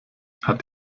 hat